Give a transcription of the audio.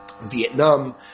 Vietnam